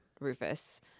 Rufus